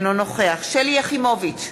אינו נוכח שלי יחימוביץ,